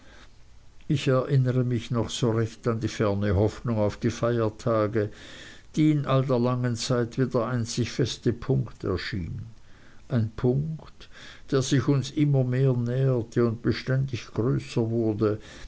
ich erinnere mich noch so recht an die ferne hoffnung auf die feiertage die in all der langen zeit wie der einzig feste punkt erschien ein punkt der sich uns immer mehr näherte und beständig größer wurde